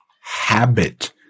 Habit